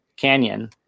Canyon